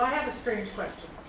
have a strange question.